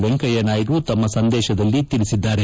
ವೆಂಕಯ್ಯ ನಾಯ್ದು ತಮ್ಮ ಸಂದೇಶದಲ್ಲಿ ತಿಳಿಸಿದ್ದಾರೆ